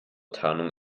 tarnung